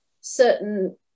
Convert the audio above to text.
certain